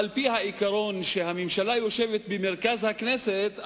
על-פי העיקרון שהממשלה יושבת במרכז הכנסת,